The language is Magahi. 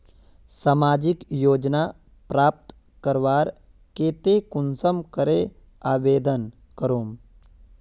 सामाजिक योजना प्राप्त करवार केते कुंसम करे आवेदन करूम?